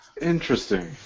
Interesting